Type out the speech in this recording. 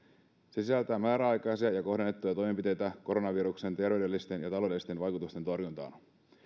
se sisältää määräaikaisia ja kohdennettuja toimenpiteitä koronaviruksen terveydellisten ja taloudellisten vaikutusten torjuntaan